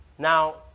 Now